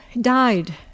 died